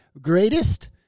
greatest